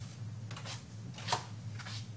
אני יודע שאין כי טענתי את זה בבג"ץ.